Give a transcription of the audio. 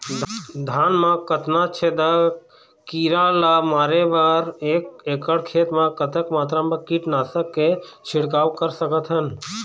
धान मा कतना छेदक कीरा ला मारे बर एक एकड़ खेत मा कतक मात्रा मा कीट नासक के छिड़काव कर सकथन?